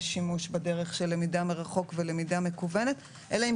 שימוש בדרך של למידה מרחוק ולמידה מקוונת אלא אם